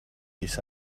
this